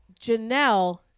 Janelle